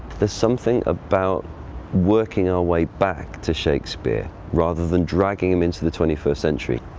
there's something about working our way back to shakespeare, rather than dragging them into the twenty first century,